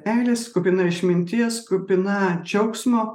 meilės kupina išminties kupina džiaugsmo